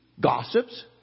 gossips